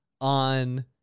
on